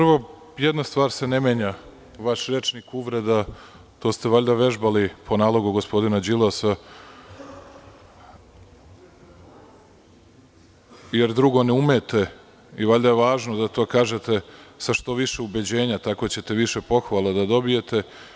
Prvo, jedna stvar se ne menja vaš rečnik uvreda, to ste valjda vežbali po nalogu gospodina Đilasa, jer drugo ne umete, i valjda je važno da to kažete sa što više ubeđenja tako ćete više pohvala da dobijete.